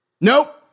Nope